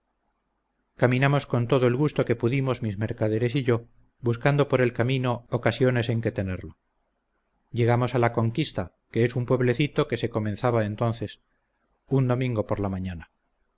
caminamos con todo el gusto que pudimos mis mercaderes y yo buscando por el camino ocasiones en que tenerlo llegamos a la conquista que es un pueblecito que se comenzaba entonces un domingo por la mañana